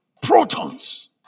Protons